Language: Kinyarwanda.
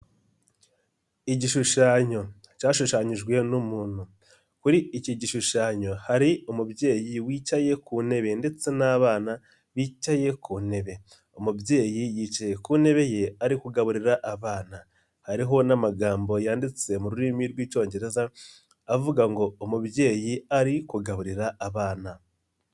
Igishushanyo cyashushanyijwe n'umuntu kuri iki gishushanyo hari umubyeyi wicaye ku ntebe ndetse n'abana bicaye ku ntebe, umubyeyi yicaye ku ntebe ye ari kugaburira abana hariho n'amagambo yanditse mu rurimi rw'icyongereza avuga ngo umubyeyi ari kugaburira abana.